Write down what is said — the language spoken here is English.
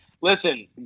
Listen